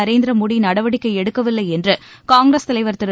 நரேந்திர மோடி நடவடிக்கை எடுக்கவில்லை என்று காங்கிரஸ் தலைவர் திரு